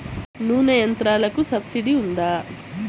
నూనె యంత్రాలకు సబ్సిడీ ఉందా?